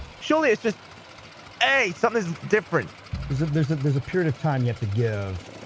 shirley it's just hey something's different is that there's there's a period of time you have to give?